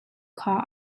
kha